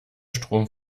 strom